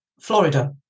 Florida